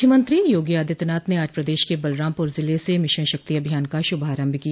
मुख्यमंत्री योगी आदित्यनाथ ने आज प्रदेश के बलरामपुर जिले से मिशन शक्ति अभियान का शुभारम्भ किया